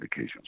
medications